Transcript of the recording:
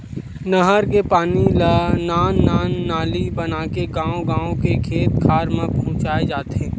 नहर के पानी ल नान नान नाली बनाके गाँव गाँव के खेत खार म पहुंचाए जाथे